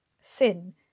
Sin